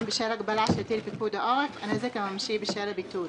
בשל הגבלה שהטיל פיקוד העורף הנזק הממשי בשל הביטול,